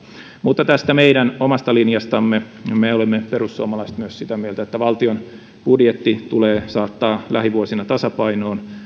mutta tästä meidän omasta linjastamme me perussuomalaiset olemme myös sitä mieltä että valtion budjetti tulee saattaa lähivuosina tasapainoon